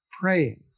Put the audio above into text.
praying